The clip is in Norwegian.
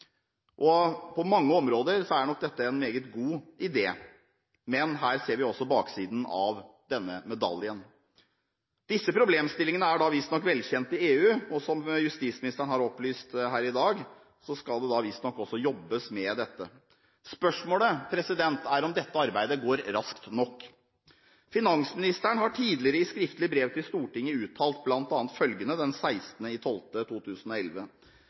På mange områder er nok dette en meget god idé, men her ser vi også baksiden av denne medaljen. Disse problemstillingene er visstnok velkjent i EU, og som justisministeren har opplyst her i dag, skal det visstnok også jobbes med dette. Spørsmålet er om dette arbeidet går raskt nok. Finansministeren har tidligere i skriftlig brev til Stortinget den 16. desember 2011 uttalt